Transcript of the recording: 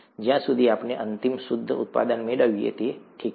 જ્યાં સુધી આપણે અંતિમ શુદ્ધ ઉત્પાદન મેળવીએ ઠીક છે